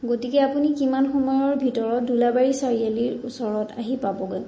গতিকে আপুনি কিমান সময়ৰ ভিতৰত দোলাবাৰী চাৰিআলিৰ ওচৰত আহি পাবগৈ